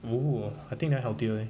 !whoa! I think that [one] healthier eh